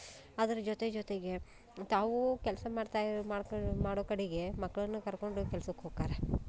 ಅದ್ರ ಜೊತೆ ಜೊತೆಗೆ ತಾವು ಕೆಲಸ ಮಾಡ್ತಾ ಮಾಡ್ಕೊ ಮಾಡೋ ಕಡೆಗೆ ಮಕ್ಕಳನ್ನು ಕರ್ಕೊಂಡು ಹೋಗ್ ಕೆಲ್ಸಕ್ಕೆ ಹೋಕಾರ